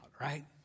right